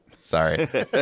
Sorry